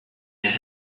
and